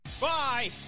Bye